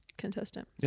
Contestant